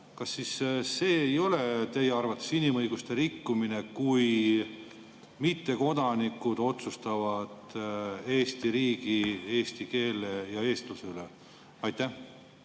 Kas siis see ei ole teie arvates inimõiguste rikkumine, kui mittekodanikud otsustavad Eesti riigi, eesti keele ja eestluse üle? Aitäh,